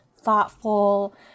thoughtful